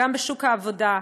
גם בשוק העבודה,